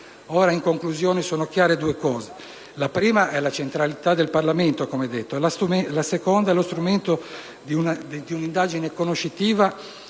Ora, in conclusione, sono chiare due cose: la prima, è la centralità del Parlamento; la seconda è che lo strumento dell'indagine conoscitiva